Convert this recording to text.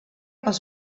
pels